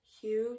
huge